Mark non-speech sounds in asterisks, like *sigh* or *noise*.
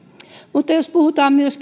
mutta jos puhutaan myös *unintelligible*